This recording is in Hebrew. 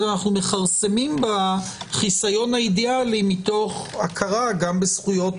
אנחנו מכרסמים בחיסיון האידיאלי מתוך הכרה גם בזכויות